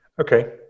Okay